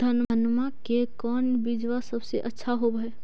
धनमा के कौन बिजबा सबसे अच्छा होव है?